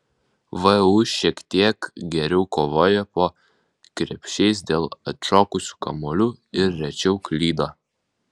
vu šiek tiek geriau kovojo po krepšiais dėl atšokusių kamuolių ir rečiau klydo